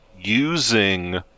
using